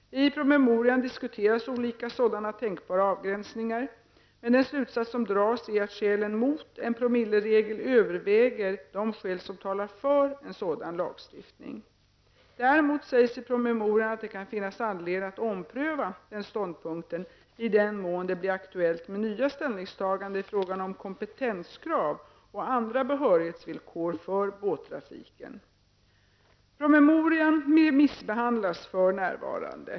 I promemorian diskuteras olika sådana tänkbara avgränsningar, men den slutsats som dras är att skälen mot en promilleregel överväger de skäl som talar för en sådan lagstiftning. Däremot sägs i promemorian att det kan finnas anledning att ompröva den ståndpunkten i den mån det blir aktuellt med nya ställningstaganden i fråga om kompetenskrav och andra behörighetsvillkor för båttrafiken. Promemorian remissbehandlas för närvarande.